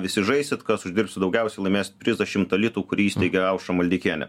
visi žaisit kas uždirbs daugiausiai laimės prizą šimtą litų kurį įsteigė aušra maldeikienė